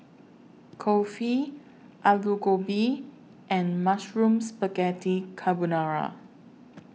Kulfi Alu Gobi and Mushroom Spaghetti Carbonara